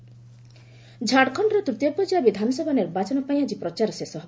Jharkhand campaign ଝାଡ଼ଖଣ୍ଡର ତୃତୀୟ ପର୍ଯ୍ୟାୟ ବିଧାନସଭା ନିର୍ବାଚନ ପାଇଁ ଆଜି ପ୍ରଚାର ଶେଷ ହେବ